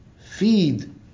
Feed